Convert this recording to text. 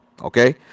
okay